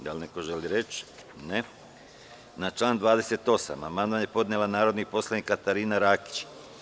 Da li neko želi reč? (Ne) Na član 28. amandman je podnela narodni poslanik Katarina Rakić.